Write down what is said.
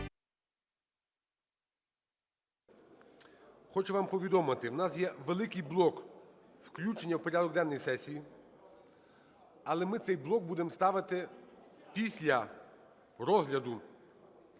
Хочу вам повідомити, в нас є великий блок включення в порядок денний сесії, але ми цей блок будемо ставити після розгляду